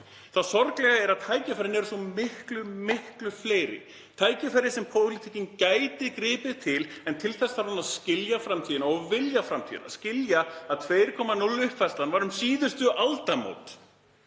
Það sorglega er að tækifærin eru svo miklu fleiri sem pólitíkin gæti gripið til, en til þess þarf hún að skilja framtíðina, vilja framtíðina og skilja að 2.0-uppfærslan var um síðustu aldamót.